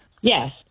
Yes